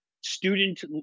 student